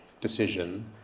decision